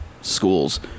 schools